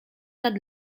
nad